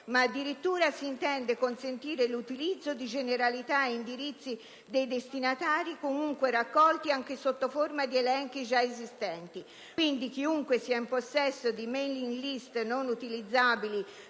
ma addirittura s'intende consentire l'utilizzo di generalità, di indirizzi dei destinatari, comunque raccolti, anche sotto forma di elenchi già esistenti. Chiunque pertanto sia in possesso di *mailing list* non utilizzabili